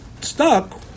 stuck